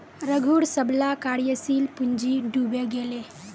रघूर सबला कार्यशील पूँजी डूबे गेले